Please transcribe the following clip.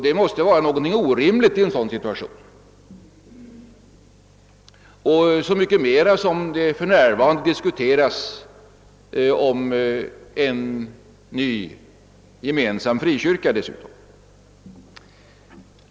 En sådan situation måste vara orimlig så mycket mer som en ny gemensam frikyrka för närvarande diskuteras.